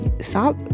Stop